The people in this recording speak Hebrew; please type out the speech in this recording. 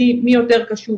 מי יותר קשור